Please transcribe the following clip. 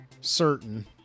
Certain